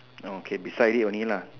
no okay beside it only lah